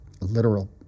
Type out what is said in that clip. literal